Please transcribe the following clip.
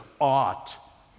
ought